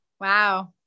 Wow